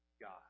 God